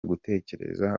gutekereza